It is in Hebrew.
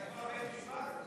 אתה כבר בית-משפט?